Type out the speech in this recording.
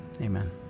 amen